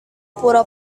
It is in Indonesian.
pura